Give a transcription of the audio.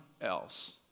else